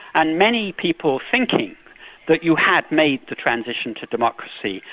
and many people thinking that you had made the transition to democracy,